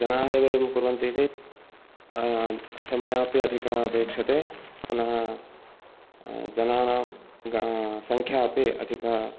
जनाः एव एवं कुर्वन्ति चेत् समयः अपि अधिकः अपेक्ष्यते पुनः जनानां संख्या अपि अधिका